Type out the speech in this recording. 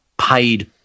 paid